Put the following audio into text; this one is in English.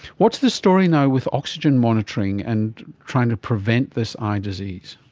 what's the story now with oxygen monitoring and trying to prevent this eye disease?